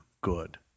good